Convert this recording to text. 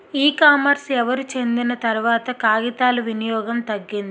ఈ కామర్స్ ఎవరు చెందిన తర్వాత కాగితాల వినియోగం తగ్గింది